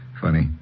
Funny